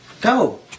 Go